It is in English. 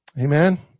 Amen